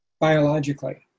biologically